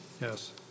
Yes